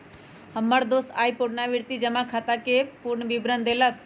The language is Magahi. हमर दोस आइ पुरनावृति जमा खताके पूरे विवरण देलक